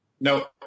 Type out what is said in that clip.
No